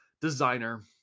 Designer